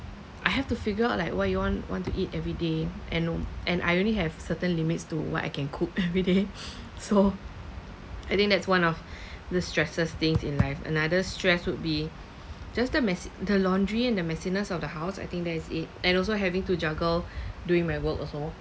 I have to figure out like what you want want to eat every day and and I only have certain limits to what I can cook every day so I think that's one of the stress-est things in life another stress would be just the messy the laundry and the messiness of the house I think that is it and also having to juggle doing my work also